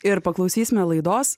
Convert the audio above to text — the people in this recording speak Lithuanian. ir paklausysime laidos